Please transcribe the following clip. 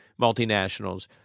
multinationals